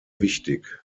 wichtig